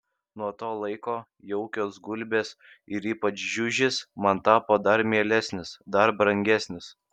nuo to laiko jaukios gulbės ir ypač žiužis man tapo dar mielesnis dar brangesnis